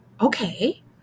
okay